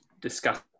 discuss